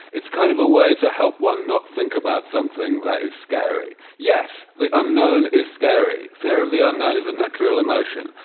kind of a way to help one not think about something that is scary. yes, the unknown is scary. fear of the unknown is a natural emotion.